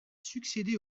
succédé